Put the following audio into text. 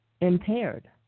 impaired